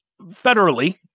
federally